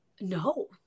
No